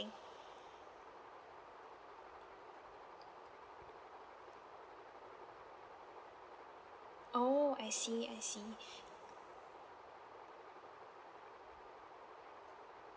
oh I see I see